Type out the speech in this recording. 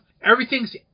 Everything's